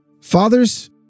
fathers